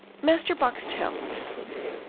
master boxtel, said william,